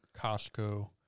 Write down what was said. Costco